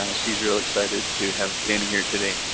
ah she's real excited to have been here today.